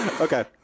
okay